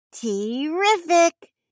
Terrific